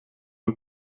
een